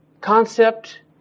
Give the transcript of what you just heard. concept